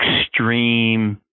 extreme